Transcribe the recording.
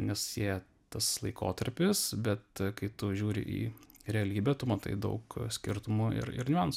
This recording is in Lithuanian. nes jie tas laikotarpis bet kai tu žiūri į realybę tu matai daug skirtumų ir niuansų